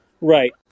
right